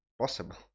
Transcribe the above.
possible